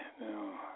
No